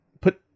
Put